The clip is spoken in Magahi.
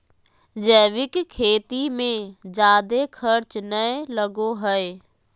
जैविक खेती मे जादे खर्च नय लगो हय